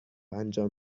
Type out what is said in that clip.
انجام